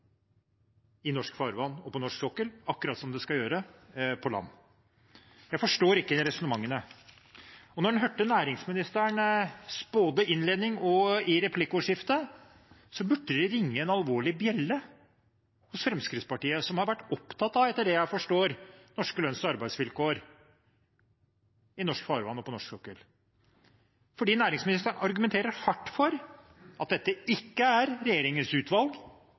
i norsk farvann og på norsk sokkel, akkurat som det skal gjøre det på land. Så jeg forstår ikke de resonnementene. Da man hørte næringsministeren, både i sin innledning og i replikkordskiftet, burde det ha ringt en alvorlig bjelle hos Fremskrittspartiet, som har vært opptatt av – etter det jeg forstår – norske lønns- og arbeidsvilkår i norsk farvann og på norsk sokkel. Næringsministeren argumenterte hardt for at dette ikke er regjeringens utvalg,